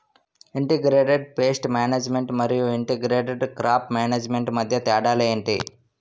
integrated pest management మరియు integrated crop management మధ్య తేడా ఏంటి